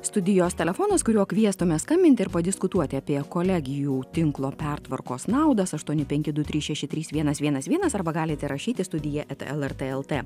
studijos telefonas kuriuo kviestume skambinti ir padiskutuoti apie kolegijų tinklo pertvarkos naudas aštuoni penki du trys šeši trys vienas vienas vienas arba galite rašyti studiją eta lrt lt